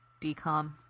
decom